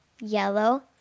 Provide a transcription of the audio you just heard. yellow